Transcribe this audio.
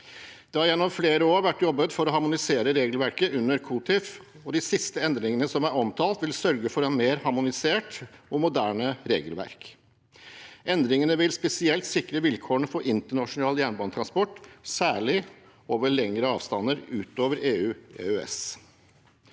Det har gjennom flere år vært jobbet for å harmonisere regelverket under COTIF. De siste endringene som er omtalt, vil sørge for et mer harmonisert og moderne regelverk. Endringene vil spesielt sikre vilkårene for internasjonal jernbanetransport, særlig over lengre avstander utover EU/EØS.